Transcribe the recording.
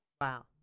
Wow